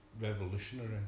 revolutionary